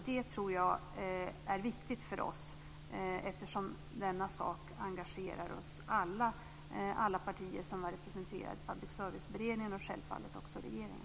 Det tror jag är viktigt för oss eftersom denna sak engagerar oss i alla partier som är representerade i Public service-beredningen. Självfallet gäller det också regeringen.